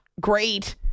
great